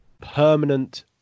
permanent